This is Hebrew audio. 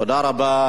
תודה רבה.